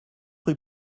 rue